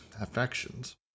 affections